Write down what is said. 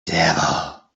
devil